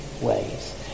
ways